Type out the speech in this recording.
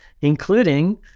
including